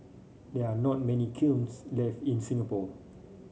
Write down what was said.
there are not many kilns left in Singapore